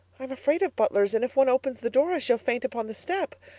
i'm afraid of butlers, and if one opens the door i shall faint upon the step.